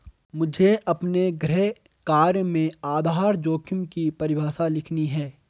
मुझे अपने गृह कार्य में आधार जोखिम की परिभाषा लिखनी है